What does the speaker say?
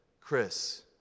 Chris